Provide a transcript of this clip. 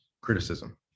criticism